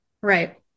Right